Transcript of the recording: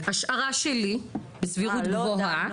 השערה שלי בסבירות מאוד גבוהה,